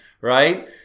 right